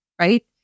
right